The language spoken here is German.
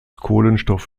kohlenstoff